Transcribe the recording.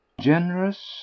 Generous